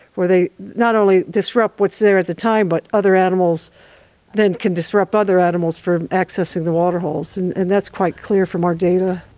where they not only disrupt what's there at the time but other animals then can disrupt other animals from accessing the waterholes, and that's quite clear from our data.